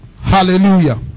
Hallelujah